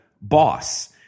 boss